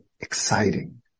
exciting